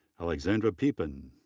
alexandra pepen,